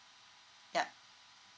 yup